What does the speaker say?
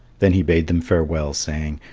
then he bade them farewell, saying,